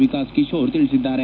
ವಿಕಾಸ್ ಕಿಶೋರ್ ತಿಳಿಸಿದ್ದಾರೆ